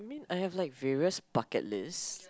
I mean I have like various bucket list